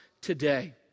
today